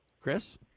Chris